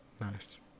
Nice